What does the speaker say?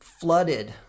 flooded